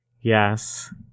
Yes